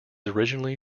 originally